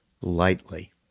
lightly